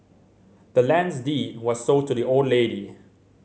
the land's deed was sold to the old lady